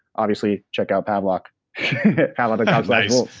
obviously, check out pavlok out pavlok nice.